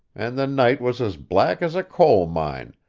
and the night was as black as a coal mine,